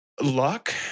Luck